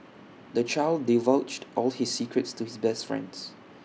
the child divulged all his secrets to his best friends